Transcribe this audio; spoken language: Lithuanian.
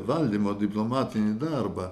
valdymo diplomatinį darbą